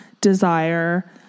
desire